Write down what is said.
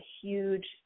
huge